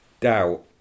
doubt